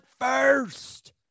first